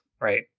right